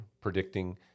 predicting